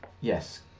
Yes